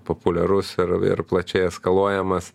populiarus ir ir plačiai eskaluojamas